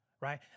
right